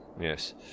Yes